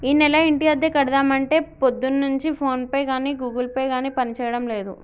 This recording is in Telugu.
ఈనెల ఇంటి అద్దె కడదామంటే పొద్దున్నుంచి ఫోన్ పే గాని గూగుల్ పే గాని పనిచేయడం లేదు